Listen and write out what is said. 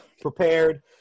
prepared